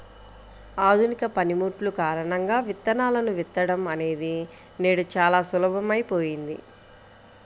ఆధునిక పనిముట్లు కారణంగా విత్తనాలను విత్తడం అనేది నేడు చాలా సులభమైపోయింది